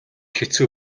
хэцүү